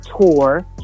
tour